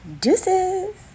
deuces